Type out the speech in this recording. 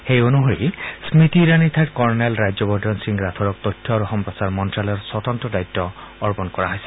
সেই অনুসৰি স্মৃতি ইৰাণীৰ ঠাইত কৰ্ণেল ৰাজ্যবৰ্ধন সিং ৰাথোৰক তথ্য আৰু সম্প্ৰচাৰ মন্ত্ৰ্যালয়ৰ স্বতন্ত্ৰ দায়িত্ব অৰ্পণ কৰা হৈছে